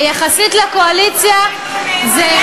יחסית לקואליציה זה,